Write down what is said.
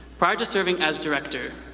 prior to serving as director,